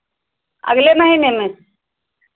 अगले महीने में